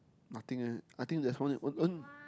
nothing eh I think there is one one